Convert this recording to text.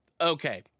okay